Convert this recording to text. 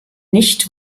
nicht